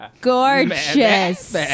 gorgeous